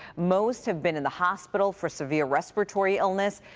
most have been in the hospital for severe respiratory illness.